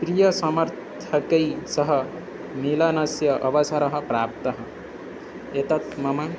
प्रियसमर्थकैः सह मेलनस्य अवसरः प्राप्तः एतत् मम